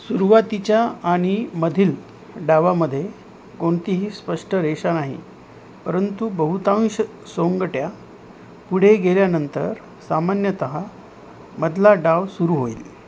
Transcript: सुरुवातीच्या आणि मधील डावामध्ये कोणतीही स्पष्ट रेषा नाही परंतु बहुतांश सोंगट्या पुढे गेल्यानंतर सामान्यतः मधला डाव सुरू होईल